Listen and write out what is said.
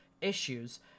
issues